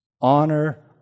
honor